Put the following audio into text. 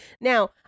now